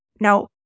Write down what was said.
Now